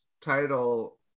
title